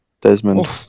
Desmond